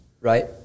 right